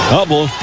Double